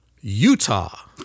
Utah